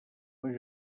meus